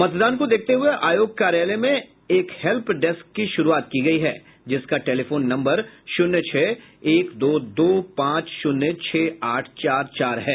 मतदान को देखते हुए आयोग कार्यालय में एक हेल्प डेस्क की शुरूआत की गयी है जिसका टेलीफोन नम्बर शून्य छह एक दो दो पांच शून्य छह आठ चार चार है